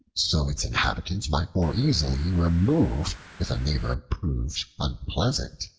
so its inhabitants might more easily remove if a neighbor proved unpleasant.